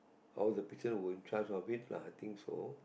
how the person will charge of it lah I think so